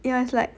ya it's like